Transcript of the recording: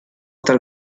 estar